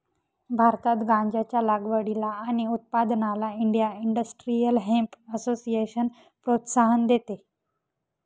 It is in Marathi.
भारतात गांज्याच्या लागवडीला आणि उत्पादनाला इंडिया इंडस्ट्रियल हेम्प असोसिएशन प्रोत्साहन देते